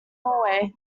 norway